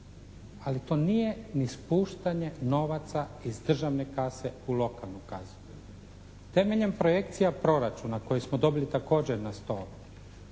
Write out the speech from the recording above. Ali to nije ni spuštanje novaca iz državne kase u lokalnu kasu. Temeljem projekcija proračuna koje smo dobili također na stol